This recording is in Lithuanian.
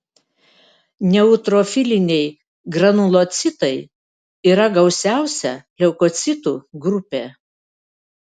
neutrofiliniai granulocitai yra gausiausia leukocitų grupė